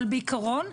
בעיקרון,